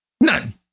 None